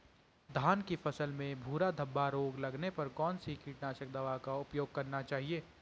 धान की फसल में भूरा धब्बा रोग लगने पर कौन सी कीटनाशक दवा का उपयोग करना चाहिए?